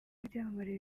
b’ibyamamare